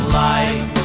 light